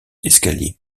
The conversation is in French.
escalier